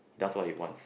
does what he wants